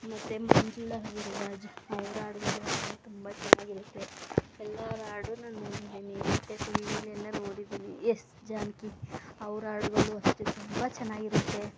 ಮತ್ತು ಮಂಜುಳಾ ಗುರುರಾಜ್ ಅವ್ರ ಹಾಡ್ಗಳು ತುಂಬ ಚೆನ್ನಾಗಿರುತ್ತೆ ಎಲ್ಲರ ಹಾಡು ನಾನು ನೋಡಿದ್ದೀನಿ ಮತ್ತು ಟಿವಿಲಿ ಎಲ್ಲ ನೋಡಿದ್ದೀನಿ ಎಸ್ ಜಾನ್ಕಿ ಅವ್ರ ಹಾಡ್ಗಳೂ ಅಷ್ಟೇ ತುಂಬ ಚೆನ್ನಾಗಿರುತ್ತೆ